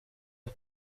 ubu